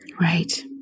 Right